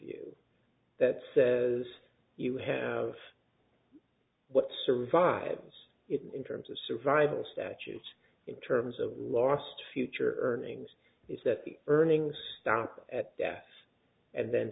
view that says you have what survives in terms of survival statutes in terms of lost future earnings is that the earnings down at death and then